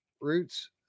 Roots